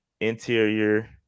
interior